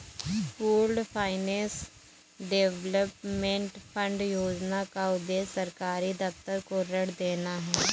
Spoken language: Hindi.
पूल्ड फाइनेंस डेवलपमेंट फंड योजना का उद्देश्य सरकारी दफ्तर को ऋण देना है